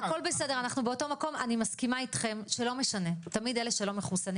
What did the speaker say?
אני מסכימה אתכם, שתמיד אלה שלא מחוסנים